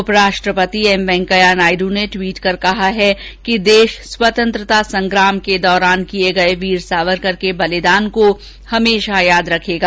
उपराष्ट्रपति एम वेंकैया नायड् ने ट्वीट कर कहा है कि देश स्वतंत्रता संग्राम के दौरान किये गये सावरकर के बलिदान को हमेशा याद रखेगा